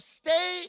stay